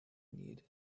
need